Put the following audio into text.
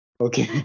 Okay